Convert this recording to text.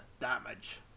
damage